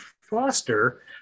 Foster